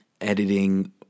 editing